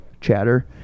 chatter